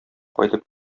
кайтып